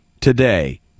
today